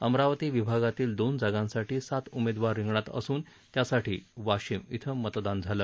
अमरावती विभागातील दोन जागांसाठी सात उमेदवार रिंगणात असून त्यासाठी वाशिम इथं मतदान झालं